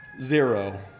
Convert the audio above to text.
zero